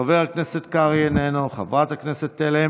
חבר הכנסת קרעי, איננו, חברת הכנסת תלם,